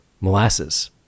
molasses